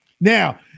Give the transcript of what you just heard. Now